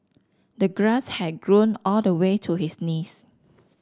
the grass had grown all the way to his knees